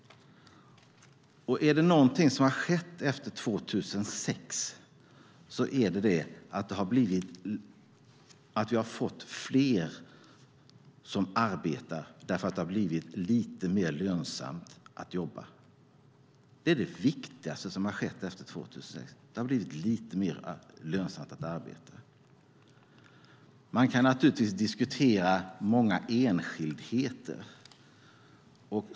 Och är det någonting som har skett efter 2006 så är det att vi har fått fler som arbetar därför att det har blivit lite mer lönsamt att arbeta. Det är det viktigaste som har skett efter 2006. Man kan naturligtvis diskutera många enskildheter.